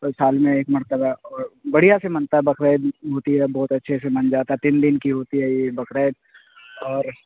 وہی سال میں ایک مرتبہ اور بڑھیا سے منتا ہے بقرعید ہوتی ہے بہت اچھے سے من جاتا ہے تین دن کی ہوتی ہے یہ بقرعید اور